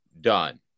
Done